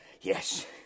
Yes